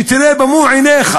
שתראה במו-עיניך